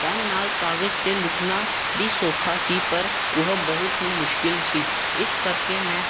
pen ਨਾਲ ਕਾਗਜ਼ 'ਤੇ ਲਿਖਣਾ ਵੀ ਸੌਖਾ ਸੀ ਪਰ ਉਹ ਬਹੁਤ ਹੀ ਮੁਸ਼ਕਿਲ ਸੀ ਇਸ ਕਰਕੇ ਮੈਂ